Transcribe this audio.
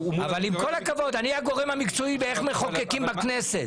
--- אבל עם הכבוד אני הגורם המקצועי באיך מחוקקים בכנסת.